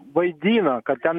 vaidina kad ten